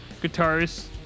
guitarist